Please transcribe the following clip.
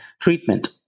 treatment